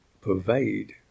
pervade